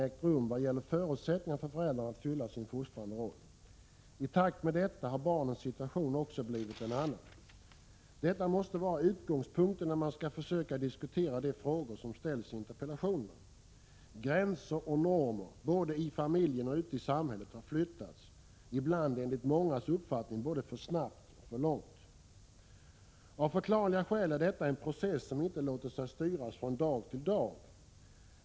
1986/87:33 förutsättningarna för föräldrarna att klara sin fostrande roll. I takt därmed 21 november 1986 har barnens situation också blivit en annan. Detta måste vara utgångspunk= = Zag ten när man skall försöka diskutera de frågor som ställs i interpellationerna. Gränser och normer både i familjen och ute i samhället har flyttats, ibland enligt mångas uppfattning både för snabbt och för långt. Av förklarliga skäl är detta en process som inte låter sig styras från dag till dag.